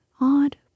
odd